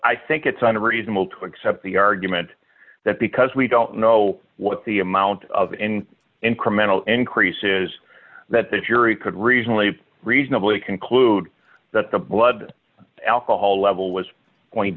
i think it's unreasonable to accept the argument that because we don't know what the amount of in incremental increases that the jury could reasonably reasonably conclude that the blood alcohol level was point